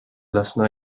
lassen